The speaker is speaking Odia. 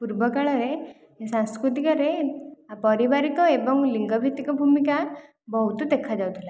ପୂର୍ବକାଳରେ ସାଂସ୍କୃତିକରେ ପାରିବାରିକ ଏବଂ ଲିଙ୍ଗଭିତ୍ତିକ ଭୂମିକା ବହୁତ ଦେଖାଯାଉଥିଲା